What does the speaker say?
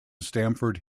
stamford